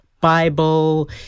Bible